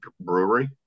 brewery